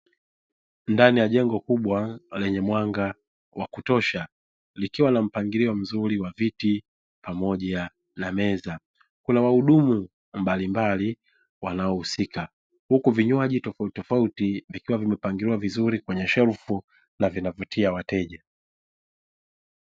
Ndani ya jengo kubwa lenye mwanga wa kutosha likiwa na mpangilio wa viti pamoja na meza kuna wahudumu mbalimbali, wanao husika huku vinywaji tofauti vikiwa vimepangiliwa vizuri kwenye shelfu na vinavutia wateja.